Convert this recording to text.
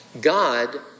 God